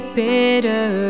bitter